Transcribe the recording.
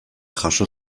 jaso